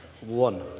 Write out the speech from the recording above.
One